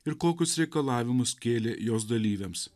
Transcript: ir kokius reikalavimus kėlė jos dalyviams